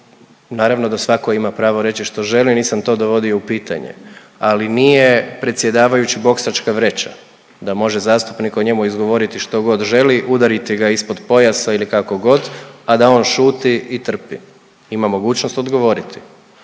naravno da svatko ima pravo reći što želi, nisam to dovodio u pitanje, ali nije predsjedavajući boksačka vreća da može zastupnik o njemu izgovoriti što god želi, udariti ga ispod pojasa ili kako god, a da on šuti i trpi. Ima mogućnost odgovoriti.